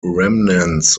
remnants